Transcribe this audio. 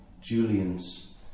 Julian's